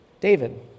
David